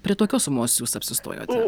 prie tokios sumos jūs apsistojote